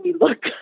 look